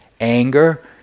anger